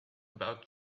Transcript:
about